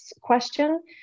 question